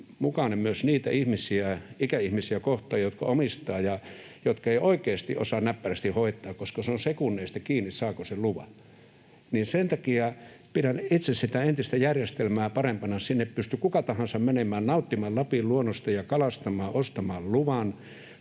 epäoikeudenmukainen myös niitä ikäihmisiä kohtaan, jotka omistavat ja jotka eivät oikeasti osaa näppärästi hoitaa, koska se on sekunneista kiinni, saako sen luvan. Sen takia pidän itse sitä entistä järjestelmää parempana, sinne pystyi kuka tahansa menemään, nauttimaan Lapin luonnosta ja kalastamaan, ostamaan luvan.